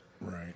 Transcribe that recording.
Right